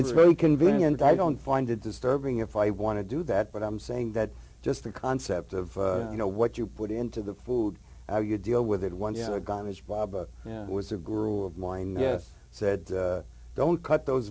it's very convenient i don't find it disturbing if i want to do that but i'm saying that just the concept of you know what you put into the food you deal with it once in a gun as bob was a grew of mine yes said don't cut those